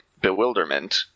bewilderment